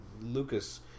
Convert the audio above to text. Lucas